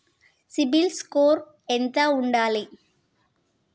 CIBIL score ఎంత ఉండాలే?